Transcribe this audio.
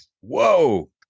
whoa